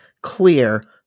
clear